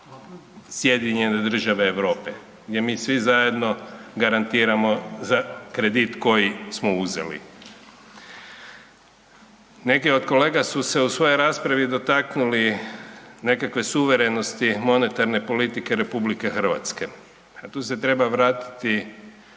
postala SAD Europe gdje mi svi zajedno garantiramo za kredit koji smo uzeli. Neke od kolega su se u svojoj raspravi dotaknuli nekakve suverenosti monetarne politike RH, a tu se treba vratiti